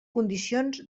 condicions